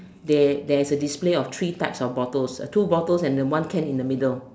there there's a display of three types of bottles two bottles and the one can in the middle